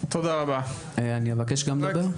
אני מבקש גם לדבר.